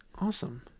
awesome